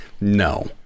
no